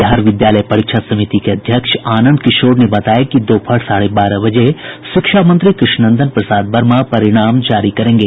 बिहार विद्यालय परीक्षा समिति के अध्यक्ष आनंद किशोर ने बताया कि दोपहर साढ़े बारह बजे शिक्षा मंत्री कृष्णनंदन प्रसाद वर्मा परिणाम जारी करेंगे